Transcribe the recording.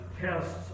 tests